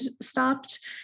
stopped